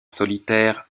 solitaires